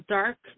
dark